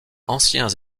anciens